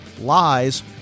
Lies